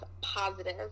positive